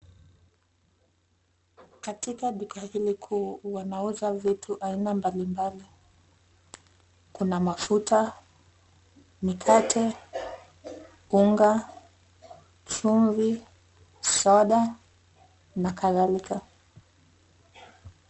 Katika duka hili kuu, wanauza vitu aina mbalimbali. Kuna mafuta, mikate, unga, chumvi, soda na kadhalika.